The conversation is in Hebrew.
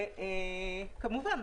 כמובן,